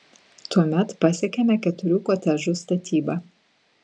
tuomet pasiekiame keturių kotedžų statybą